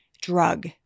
drug